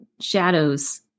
shadows